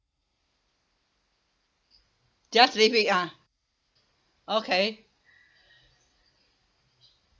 just leave it ah okay